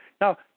now